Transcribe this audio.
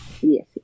Yes